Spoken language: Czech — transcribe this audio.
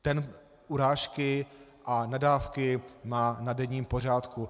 Ten urážky a nadávky má na denním pořádku.